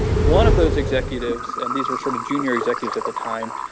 one of those executives and these are sort of junior executives at the time,